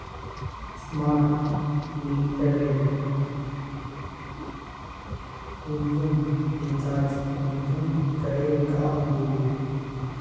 Smart मीटरेर कुंसम recharge कुंसम करे का बो?